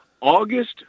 August